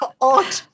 odd